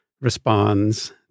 responds